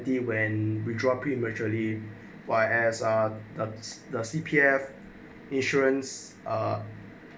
the when withdraw prematurely Y_S ah the the C_P_F insurance uh